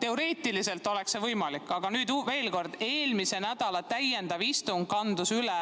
teoreetiliselt oleks see võimalik. Aga nüüd veel kord, eelmise nädala täiendav istung kandus üle